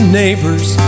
neighbors